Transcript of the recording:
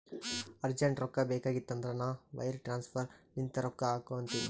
urgent ರೊಕ್ಕಾ ಬೇಕಾಗಿತ್ತಂದ್ರ ನಾ ವೈರ್ ಟ್ರಾನ್ಸಫರ್ ಲಿಂತೆ ರೊಕ್ಕಾ ಹಾಕು ಅಂತಿನಿ